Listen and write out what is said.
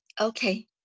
Okay